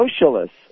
socialists